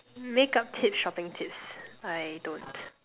makeup tips shopping tips I don't